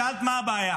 שאלת מה הבעיה.